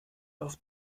auf